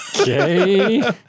Okay